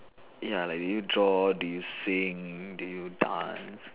ya like did you draw did you sing did you dance